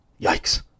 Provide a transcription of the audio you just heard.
Yikes